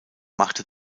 machte